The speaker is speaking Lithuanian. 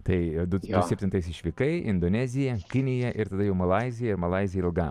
tai du du septintais išvykai indonezija kinija ir tada jau malaizija ir malaizija ilgam